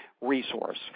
resource